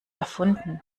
erfunden